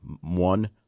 one